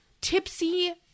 tipsy